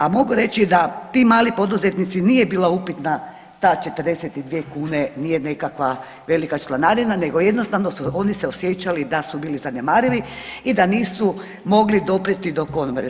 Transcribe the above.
A mogu reći da ti mali poduzetnici nije bila upitna ta 42 kune nikakva velika članarina, nego jednostavno su se oni osjećali da su bili zanemarivi i da nisu mogli doprijeti do Komore.